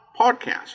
podcast